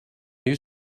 new